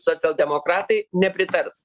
socialdemokratai nepritars